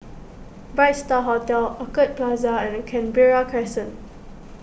Bright Star Hotel Orchid Plaza and Canberra Crescent